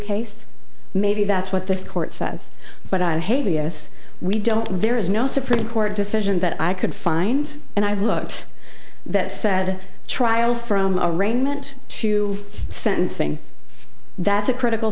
case maybe that's what this court says but i hate vs we don't there is no supreme court decision that i could find and i've looked that said trial from a arraignment to sentencing that's a critical